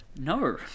No